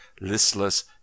listless